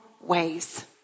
ways